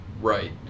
Right